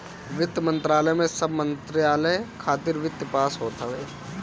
वित्त मंत्रालय में सब मंत्रालय खातिर वित्त पास होत हवे